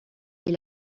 est